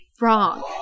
wrong